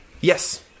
Yes